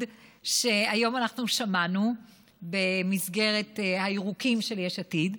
שהיום שמענו במסגרת הירוקים של יש עתיד.